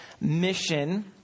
mission